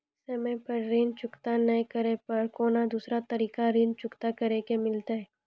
समय पर ऋण चुकता नै करे पर कोनो दूसरा तरीका ऋण चुकता करे के मिलतै?